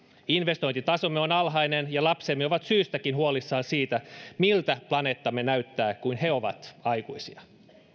investointitasomme on alhainen ja lapsemme ovat syystäkin huolissaan siitä miltä planeettamme näyttää kun he ovat aikuisia